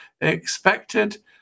expected